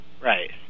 Right